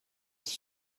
ist